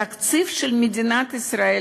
בתקציב של מדינת ישראל,